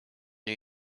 new